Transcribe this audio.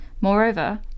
Moreover